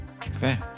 Fair